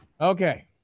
Okay